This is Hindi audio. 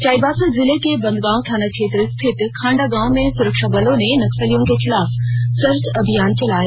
चाईबासा जिले के बंदगांव थाना क्षेत्र स्थित खांडा गांव में सुरक्षा बलों ने नक्सलियों के खिलाफ सर्च अभियान चलाया